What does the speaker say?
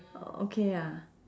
okay ah